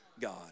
God